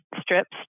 strips